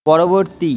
পরবর্তী